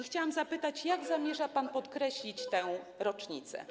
Chciałam zapytać, jak zamierza pan podkreślić tę rocznicę.